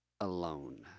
alone